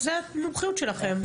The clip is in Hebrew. זאת מומחיות שלכם.